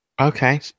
okay